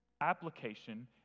application